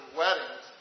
weddings